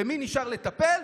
במי נשאר לטפל?